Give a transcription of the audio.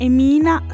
Emina